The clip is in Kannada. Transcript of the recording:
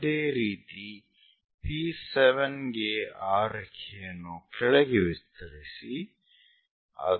ಅದೇ ರೀತಿ P7 ಗೆ ಆ ರೇಖೆಯನ್ನು ಕೆಳಗೆ ವಿಸ್ತರಿಸಿ